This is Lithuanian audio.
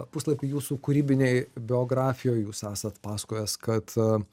puslapį jūsų kūrybinėj biografijoj jūs esat pasakojęs kad